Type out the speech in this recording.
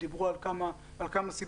דיברו על כמה סיבות,